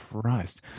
Christ